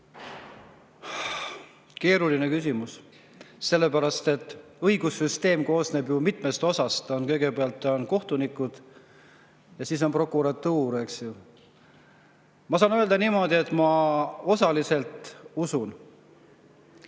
Keeruline küsimus, sellepärast et õigussüsteem koosneb ju mitmest osast. Kõigepealt on kohtunikud ja siis on prokuratuur, eks ju. Ma saan öelda, et ma osaliselt usun.